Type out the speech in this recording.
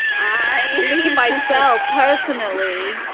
i mean myself personally,